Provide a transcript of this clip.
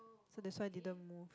so that's why didn't move